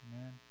Amen